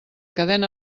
cadena